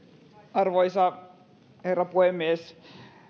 arvoisa herra puhemies